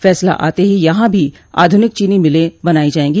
फैसला आते ही यहां भी आधुनिक चीनी मिलें बनाई जायेंगी